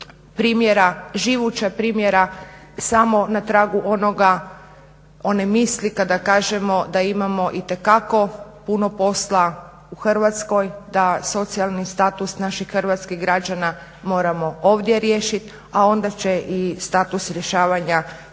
primjera živuća primjera samo na tragu onoga, one misli kad kažemo da imamo itekako puno posla u Hrvatskoj, da socijalni status naših hrvatskih građana moramo ovdje riješiti a onda će i status rješavanja